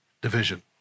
Division